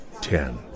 ten